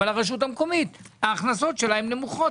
אבל הרשות המקומית ההכנסות שלה הן נמוכות.